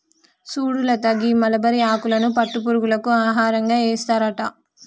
సుడు లత గీ మలబరి ఆకులను పట్టు పురుగులకు ఆహారంగా ఏస్తారట